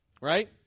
Right